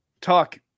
talk